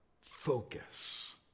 focus